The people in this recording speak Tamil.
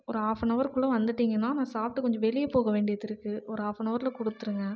ஒரு ஹாஃபனவர்குள்ள வந்துட்டீங்கன்னால் நான் சாப்பிட்டு கொஞ்சம் வெளியே போக வேண்டியதிருக்குது ஒரு ஹாஃபனவர்ல கொடுத்துருங்க